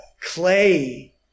clay